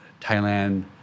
Thailand